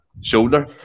Shoulder